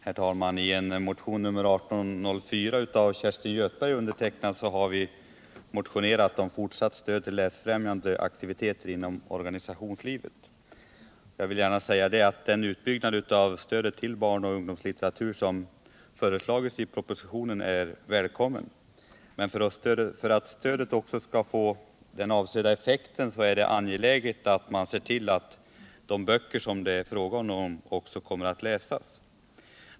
Herr talrnan! I motionen 1804 av Kerstin Göthberg och mig har vi motionerat om fortsatt stöd till läsfrämjande aktiviteter inom organisationslivet. Den utbyggnad av stödet till barn och ungdomslitteratur som föreslås i propositionen är välkommen. Men för att stödet också skall få den avsedda effekten är det angeläget att se till att de böcker det är fråga om också kommer att läsas.